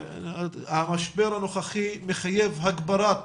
המשבר הנוכחי מחייב הגברת